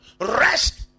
rest